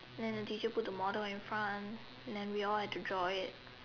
then the teacher put the model in front and then we all had to draw it